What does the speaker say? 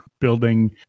building